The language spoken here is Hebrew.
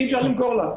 אי אפשר למכור לה.